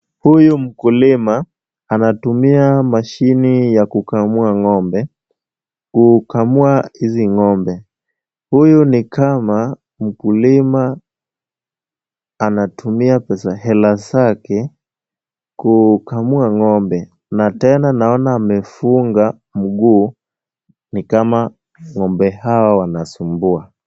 Huyu mkulima anatumia mashini ya kukamua ng'ombe kukamua hizi ng'ombe. Huyu ni kama mkulima anatumia hela zake kukamua ng'ombe na tena naona amefunga mguu ni kama ng'ombe hawa wanasumbua.